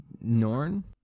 Norn